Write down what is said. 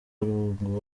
rungu